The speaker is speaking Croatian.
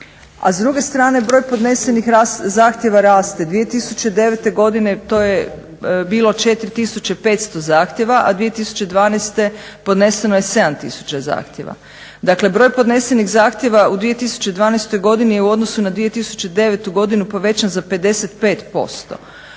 a s druge strane broj podnesenih zahtjeva raste. 2009. godine to je bilo 4500 zahtjeva, a 2012. podneseno je 7000 zahtjeva. Dakle, broj podnesenih zahtjeva u 2012. godini je u odnosu na 2009. godinu povećan za 55%